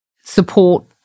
support